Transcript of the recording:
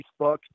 Facebook